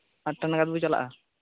ᱟᱨ ᱛᱤᱱᱟᱹᱜ ᱜᱟᱱ ᱯᱮ ᱪᱟᱞᱟᱜᱼᱟ